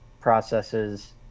processes